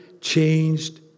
changed